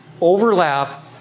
overlap